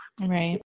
Right